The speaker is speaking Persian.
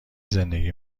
زندگی